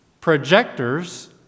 projectors